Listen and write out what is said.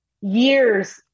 years